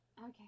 Okay